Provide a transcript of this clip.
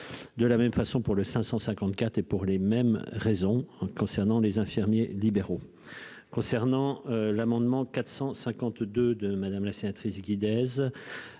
de la même façon, pour le 554 et pour les mêmes raisons concernant les infirmiers libéraux concernant l'amendement 452 de madame la sénatrice Guinness